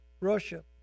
russia